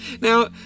Now